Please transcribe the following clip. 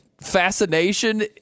fascination